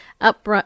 up